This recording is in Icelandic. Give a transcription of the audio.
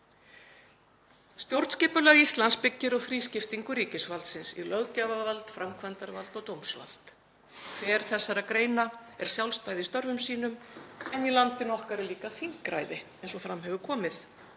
Stjórnskipulag Íslands byggir á þrískiptingu ríkisvaldsins í löggjafarvald, framkvæmdarvald og dómsvald. Hver þessara greina er sjálfstæð í störfum sínum en í landinu okkar er líka þingræði, eins og fram hefur komið,